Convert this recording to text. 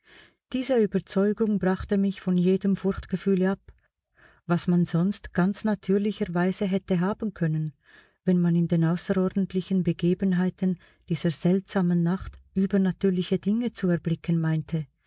diese überzeugung brachte mich von jedem furchtgefühle ab was man sonst ganz natürlicher weise hätte haben können wenn man in den außerordentlichen begebenheiten dieser seltsamen nacht übernatürliche dinge zu erblicken meinte